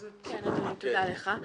כן, תודה לך.